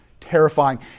terrifying